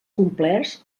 complerts